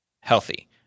healthy